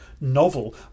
novel